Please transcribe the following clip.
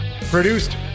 Produced